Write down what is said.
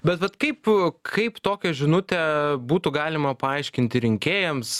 bet vat kaip kaip tokią žinutę būtų galima paaiškinti rinkėjams